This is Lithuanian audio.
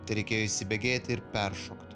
tereikėjo įsibėgėti ir peršokt